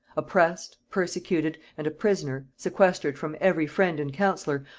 oppressed, persecuted, and a prisoner, sequestered from every friend and counsellor,